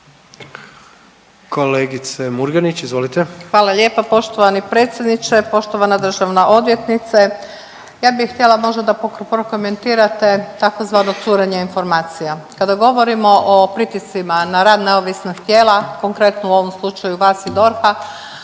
izvolite. **Murganić, Nada (HDZ)** Hvala lijepa. Poštovani predsjedniče, poštovana državna odvjetnice. Ja bi htjela možda da prokomentirati tzv. curenje informacija. Kada govorimo o pritiscima na rad na neovisnih tijela konkretno u ovom slučaju vas i DORH-a